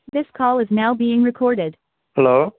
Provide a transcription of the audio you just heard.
hello